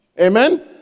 Amen